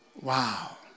Wow